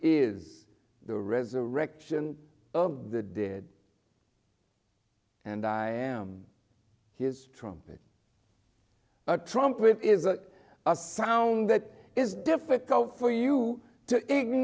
is the resurrection of the dead and i am his trumpet a trumpet is a a sound that is difficult for you